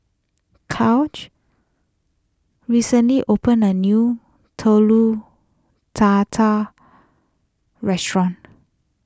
recently opened a new Telur Dadah restaurant